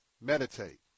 Meditate